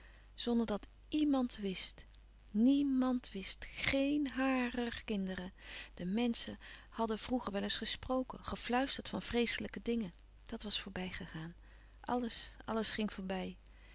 zonder dat iemand wist niemand wist geen harer kinderen de menschen hadden vroeger wel eens gesproken gefluisterd van vreeslijke dingen dat was voorbijgegaan alles alles ging voorbij